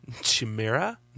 chimera